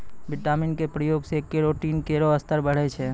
vitamin क प्रयोग सें केरोटीन केरो स्तर बढ़ै छै